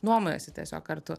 nuomojasi tiesiog kartu